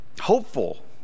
Hopeful